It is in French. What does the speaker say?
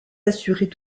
assurées